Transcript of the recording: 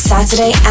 Saturday